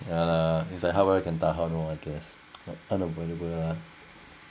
ya lah it's like how well you can tahan lor I guess but unavoidable lah